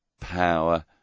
power